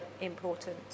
important